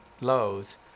lows